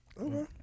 Okay